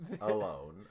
alone